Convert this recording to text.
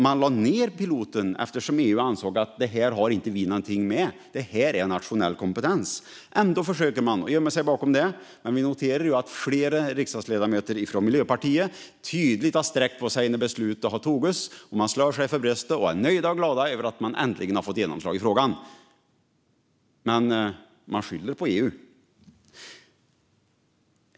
Man lade ned piloten eftersom EU ansåg att de inte hade någonting med det att göra. Det är nationell kompetens. Ändå försöker man att gömma sig bakom det. Jag har noterat att flera riksdagsledamöter från Miljöpartiet tydligt har sträckt på sig när beslutet fattats, slagit sig för bröstet och varit nöjda och glada över att man äntligen fått genomslag i frågan. Men man skyller på EU.